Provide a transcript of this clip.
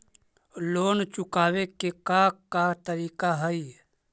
Loan चुकावे के का का तरीका हई?